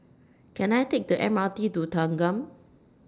Can I Take The M R T to Thanggam